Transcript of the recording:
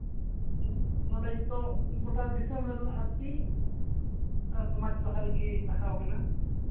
ᱱᱚᱸᱰᱮ ᱱᱤᱛᱚᱜ ᱜᱳᱴᱟ ᱫᱤᱥᱚᱢ ᱨᱮᱱ ᱟᱨᱠᱤ ᱥᱟᱱᱛᱟᱲ ᱥᱚᱢᱟᱡᱽ ᱞᱟᱦᱟ ᱞᱟᱹᱜᱤᱫ ᱞᱟᱦᱟᱣ ᱠᱟᱱᱟ